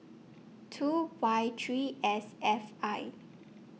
two Y three S F I